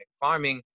farming